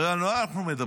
הרי על מה אנחנו מדברים?